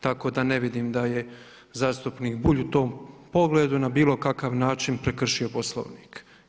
Tako da ne vidim da je zastupnik Bulj u tom pogledu na bilo kakav način prekršio Poslovnik.